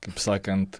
kaip sakant